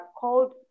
called